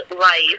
life